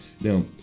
Now